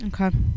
Okay